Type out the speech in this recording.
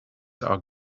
are